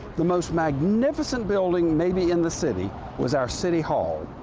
the most magnificent building maybe in the city was our city hall,